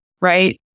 right